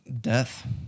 death